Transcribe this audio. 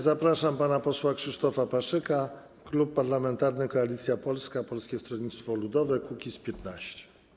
Zapraszam pana posła Krzysztofa Paszyka, Klub Parlamentarny Koalicja Polska - Polskie Stronnictwo Ludowe - Kukiz15.